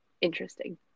interesting